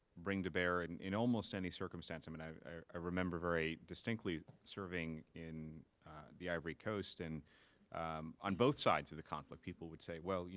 bring to bear and in almost any circumstance. and i ah remember very distinctly serving in the ivory coast, and on both sides of the conflict, people would say, well, yeah